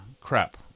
Crap